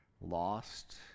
lost